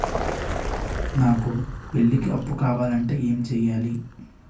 నాకు పెళ్లికి అప్పు కావాలంటే ఏం చేయాలి?